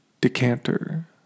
Decanter